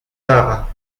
tard